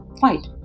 fight